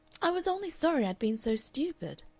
i was only sorry i'd been so stupid.